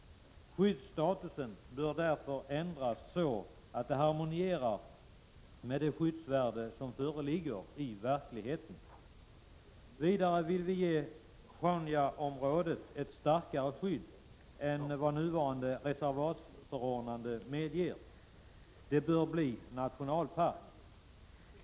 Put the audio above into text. Skyddstatusen bör ändras så, att den harmonierar med det skyddsvärde som föreligger i verkligheten. Vidare vill vi ge Sjaunjaområdet ett starkare skydd än vad nuvarande reservatsförordnande medger. Det bör bli nationalpark.